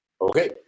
Okay